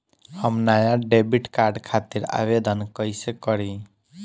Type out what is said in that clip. हम नया debit card खातिर आवेदन कईसे करी?